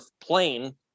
plane